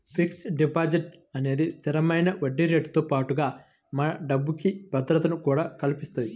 fixed deposit అనేది స్థిరమైన వడ్డీరేటుతో పాటుగా మన డబ్బుకి భద్రతను కూడా కల్పిత్తది